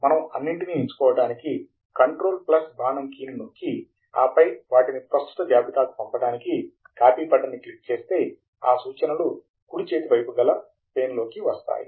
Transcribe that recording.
మనము అన్నింటినీ ఎంచుకోవడానికి కంట్రోల్ బాణం కీ ని నొక్కి ఆపై వాటిని ప్రస్తుత జాబితాకు పంపడానికి కాపీ బటన్ ని క్లిక్ చేస్తే ఆ సూచనలు కూడి చేతి పైపు గల పేన్లో కి వస్తాయి